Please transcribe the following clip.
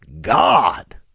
God